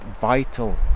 vital